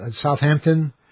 Southampton